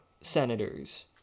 senators